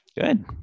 Good